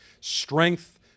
Strength